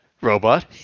robot